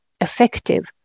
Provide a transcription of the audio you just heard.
effective